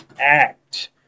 act